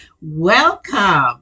Welcome